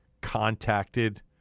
contacted